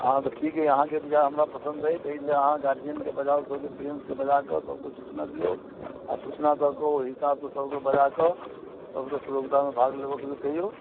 हँ तऽ ठीक अइ अहाँकेँ विचार हमरा पसन्द अइ ताहि लए अहाँ गार्जियनके बजाउ पेरेन्ट्सके बजा कऽ सबके सूचना दियौ आ सूचना दऽ कऽ ओहिहिसाबसँ ऽ सबके बजा कऽ प्रतियोगितामे भाग लेबऽके लेल कहियौ